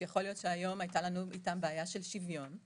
ויכול להיות שהיום הייתה לנו איתם בעיה של שוויון,